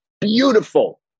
beautiful